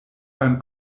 beim